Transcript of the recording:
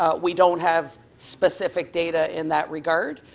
ah we don't have specific data in that regard.